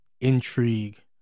intrigue